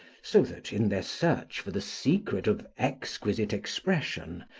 so that, in their search for the secret of exquisite expression,